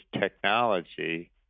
technology